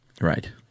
Right